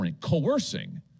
coercing